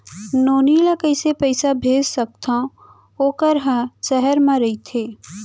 नोनी ल कइसे पइसा भेज सकथव वोकर ह सहर म रइथे?